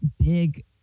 big